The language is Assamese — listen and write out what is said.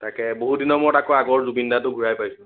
তাকে বহুত দিনৰ মূৰত আকৌ আগৰ জুবিনদাটো ঘূৰাই পাইছোঁ